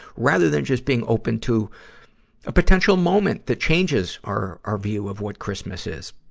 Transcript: rather than just being open to a potential moment that changes our, our view of what christmas is.